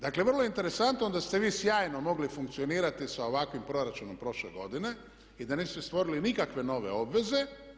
Dakle vrlo je interesantno da ste vi sjajno mogli funkcionirati sa ovakvim proračunom prošle godine i da niste stvorili nikakve nove obveze.